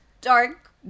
dark